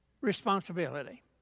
responsibility